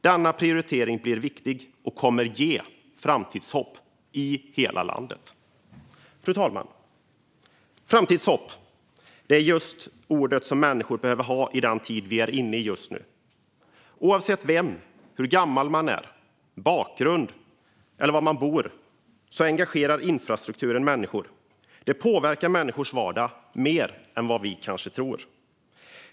Denna prioritering blir viktig och kommer att ge framtidshopp i hela landet. Framtidshopp, fru talman, är just det ord som människor behöver ha i den tid vi är inne i just nu. Oavsett vem man är, hur gammal man är, vilken bakgrund man har eller var man bor engagerar infrastrukturen människor. Den påverkar människors vardag mer än vad vi kanske tror.